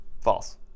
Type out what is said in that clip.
false